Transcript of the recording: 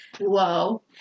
Whoa